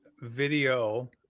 video